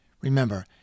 Remember